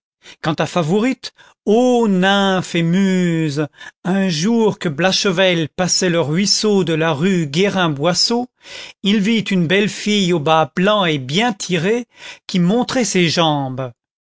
quant à favourite ô nymphes et muses un jour que blachevelle passait le ruisseau de la rue guérin boisseau il vit une belle fille aux bas blancs et bien tirés qui montrait ses jambes